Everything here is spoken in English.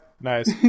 nice